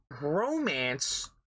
romance